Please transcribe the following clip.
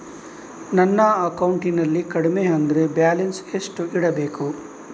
ನನ್ನ ಅಕೌಂಟಿನಲ್ಲಿ ಕಡಿಮೆ ಅಂದ್ರೆ ಬ್ಯಾಲೆನ್ಸ್ ಎಷ್ಟು ಇಡಬೇಕು?